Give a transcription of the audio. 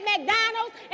McDonald's